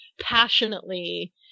passionately